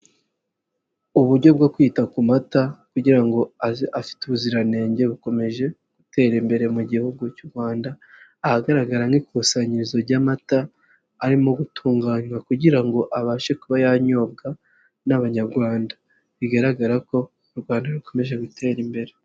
Uburyo bwo kwita ku mata kugira ngo aze afite ubuziranenge bukomeje gutera imbere mu gihugu cy'u Rwanda, ahagaragara nk'ikusanyirizo ry'amata arimo gutunganywa kugira ngo abashe kuba yanyobwa n'Abanyarwanda, bigaragara ko u Rwanda rukomeje gutera imbere.